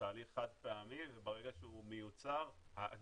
תהליך חד פעמי וברגע שהוא מיוצר, הגולם,